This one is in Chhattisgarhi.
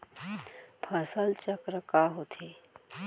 फसल चक्र का होथे?